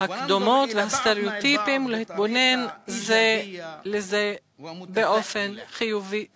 הקדומות והסטריאוטיפים ולהתבונן זה בזה באופן חיובי ואופטימי.